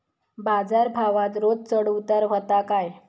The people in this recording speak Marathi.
बाजार भावात रोज चढउतार व्हता काय?